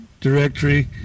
directory